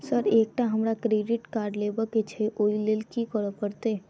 Sir एकटा हमरा credit card लेबकै छैय ओई लैल की करऽ परतै?